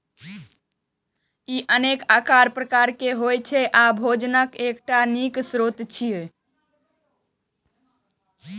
ई अनेक आकार प्रकार के होइ छै आ भोजनक एकटा नीक स्रोत छियै